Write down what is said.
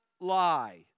lie